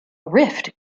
rift